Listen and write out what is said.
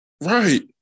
Right